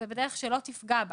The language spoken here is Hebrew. ובדרך שלא תפגע בה